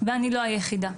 ואני לא היחידה,